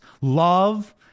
love